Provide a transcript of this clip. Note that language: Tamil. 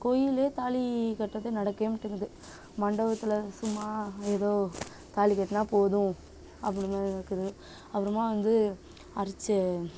கோயில் தாலி கட்டுறது நடக்கவே மாட்டுங்குது மண்டவத்தில் சும்மா ஏதோ தாலி கட்னா போதும் அப்படினு இருக்குது அப்புறமா வந்து அர்ச்ச